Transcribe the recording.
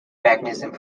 mechanism